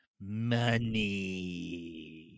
money